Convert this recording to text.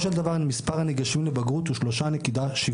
של דבר אחוז הניגשים לבגרות הוא 3.7%,